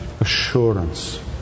assurance